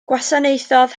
gwasanaethodd